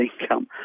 income